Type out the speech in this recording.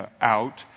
out